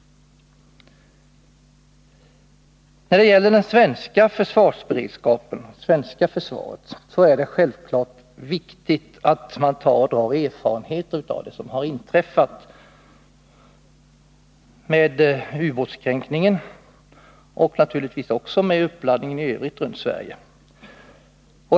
När det gäller det svenska försvaret är det självfallet viktigt att man drar erfarenheter av vad som har inträffat — ubåtskränkningen och givetvis också uppladdningen i övrigt runt Sverige.